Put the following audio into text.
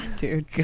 dude